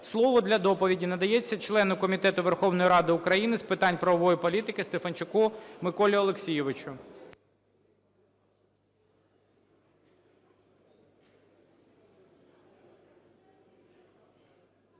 Слово для доповіді надається члену Комітету Верховної Ради України з питань правової політики Стефанчуку Миколі Олексійовичу.